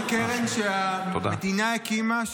זו קרן שהוקמה קרן העושר זה קרן שהמדינה הקימה,